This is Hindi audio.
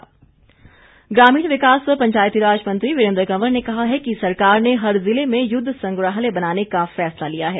वीरेंद्र कंवर ग्रामीण विकास व पंचायती राज मंत्री वीरेंद्र कंवर ने कहा है कि सरकार ने हर जिले में युद्ध संग्रहालय बनाने का फैसला लिया है